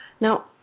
Now